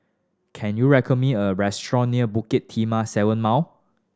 can you me a restaurant near Bukit Timah Seven Mao